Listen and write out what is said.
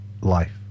life